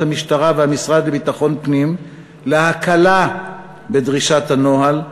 המשטרה והמשרד לביטחון פנים להקלה בדרישת הנוהל,